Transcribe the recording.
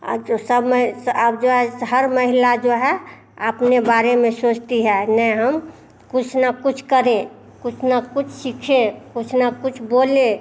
अब जो समय अब जो है हर महिला जो है अपने बारे में सोचती है नहीं हम कुछ न कुछ करें कुछ न कुछ सीखें कुछ न कुछ बोलें